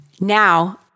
Now